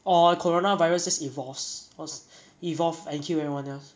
or coronavirus just evolves evos~ evolve and kill everyone else